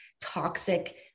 toxic